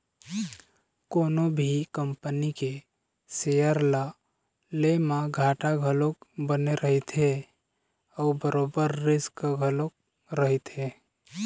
कोनो भी कंपनी के सेयर ल ले म घाटा घलोक बने रहिथे अउ बरोबर रिस्क घलोक रहिथे